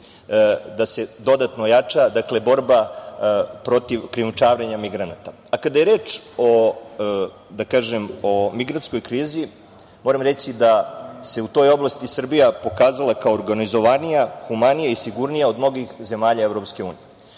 da se dodatno ojača borba protiv krijumčarenja migranata. Kada je reč o migrantskoj krizi moram reći da se u toj oblasti Srbija pokazala kao organizovanija, humanija i sigurnija od mnogih zemalja EU.